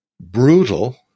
brutal